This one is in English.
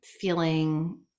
feeling